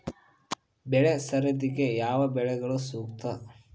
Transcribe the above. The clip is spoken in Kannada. ಬೆಳೆ ಸರದಿಗೆ ಯಾವ ಬೆಳೆಗಳು ಸೂಕ್ತ?